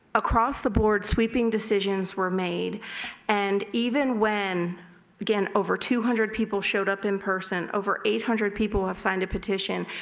across the board sweeping decisions were made and even when gain over two hundred people showed up in personal, over eight hundred people have signed a petition.